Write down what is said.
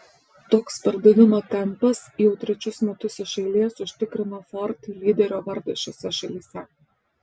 toks pardavimo tempas jau trečius metus iš eilės užtikrina ford lyderio vardą šiose šalyse